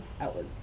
outward